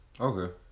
Okay